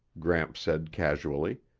gramps said casually.